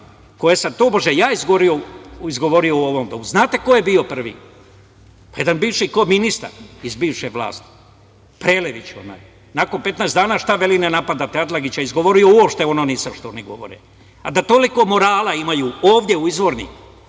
koje sam tobože ja izgovorio u ovom Domu, znate ko je bio prvi? Jedan bivši koministar iz bivše vlasti, Prelević onaj. Nakon 15 dana šta veli - ne napadate Atlagića. Izgovorio uopšte nisam ono što oni govore. Toliko morala imaju, ovde u stenografskim